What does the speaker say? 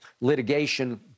litigation